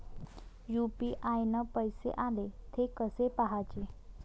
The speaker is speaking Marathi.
यू.पी.आय न पैसे आले, थे कसे पाहाचे?